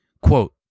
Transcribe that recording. Quote